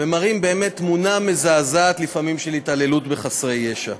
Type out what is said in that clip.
ומראים באמת תמונה מזעזעת לפעמים של התעללות בחסרי ישע.